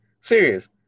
serious